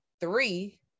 three